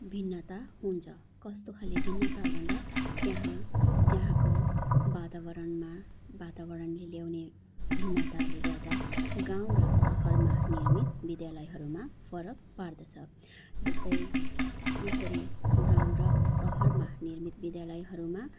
भिन्नता हुन्छ कस्तो खाले भिन्नता भन्दा त्यहाँ त्यहाँको वातावरणमा वातावरणले ल्याउने भिन्नताले गर्दा गाउँ र सहरमा निर्मित विद्यालयहरूमा फरक पार्दछ जस्तै यसरी गाउँ र सहरमा निर्मित विद्यालयहरूमा